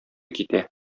китә